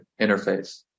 interface